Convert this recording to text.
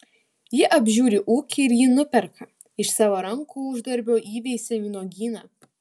ji apžiūri ūkį ir jį nuperka iš savo rankų uždarbio įveisia vynuogyną